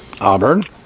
Auburn